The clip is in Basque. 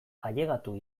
ailegatu